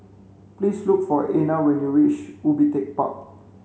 please look for Ana when you reach Ubi Tech Park